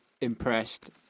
impressed